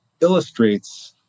illustrates